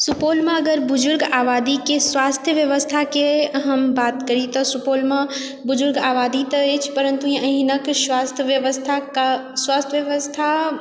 सुपौलमे अगर बुजुर्ग आबादीके स्वास्थ्य व्यवस्थाके हम बात करी तऽ सुपौलमे बुजुर्ग आबादी तऽ अछि परन्तु हिनकर स्वास्थ्य व्यवस्थाके स्वास्थ्य व्यवस्था